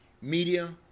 Media